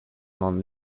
non